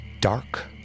dark